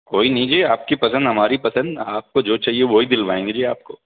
کوئی نہیں جی آپ کی پسند ہماری پسند آپ کو جو چاہیے وہی دلوائیں گے جی آپ کو